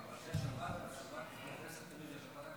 שבת שלפני פסח נקראת שבת הגדול?